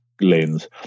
lens